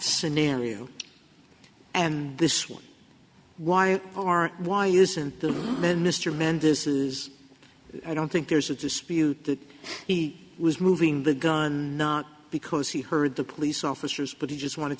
scenario and this one wire car why isn't the minister man this is i don't think there's a dispute that he was moving the gun not because he heard the police officers but he just wanted